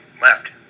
left